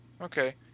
Okay